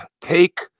take